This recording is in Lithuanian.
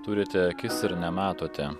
turite akis ir nematote